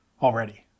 already